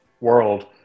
world